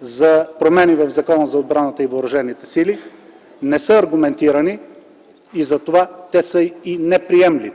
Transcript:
за промени в Закона за отбраната и въоръжените сили не са аргументирани - затова те са и неприемливи.